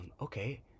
Okay